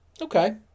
Okay